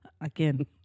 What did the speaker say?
Again